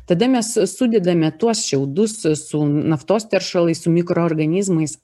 tada mes sudedame tuos šiaudus su naftos teršalais su mikroorganizmais